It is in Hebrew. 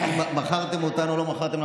אם מכרתם אותנו או לא מכרתם,